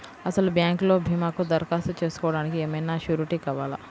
అసలు బ్యాంక్లో భీమాకు దరఖాస్తు చేసుకోవడానికి ఏమయినా సూరీటీ కావాలా?